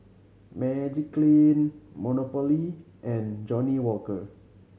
Magiclean Monopoly and Johnnie Walker